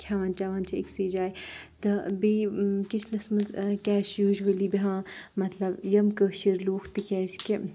کھؠوان چؠوان چھِ ٲکسٕے جایہِ تہٕ بیٚیہِ کِچنَس منز کیازِ چھِ یوٗجؤلی بیٚہوان مطلب یِم کٲشِر لوٗکھ تِکیازِ کہِ